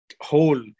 whole